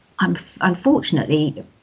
unfortunately